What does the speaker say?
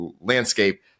landscape